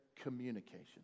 communication